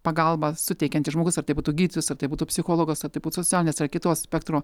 pagalbą suteikiantis žmogus ar tai būtų gydytojas ar tai būtų psichologas ar tai būtų socialinės ar kito spektro